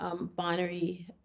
binary